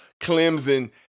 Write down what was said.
Clemson